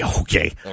Okay